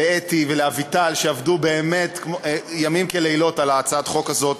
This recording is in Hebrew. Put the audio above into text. לאתי ולאביטל שעבדו באמת ימים כלילות על הצעת החוק הזאת,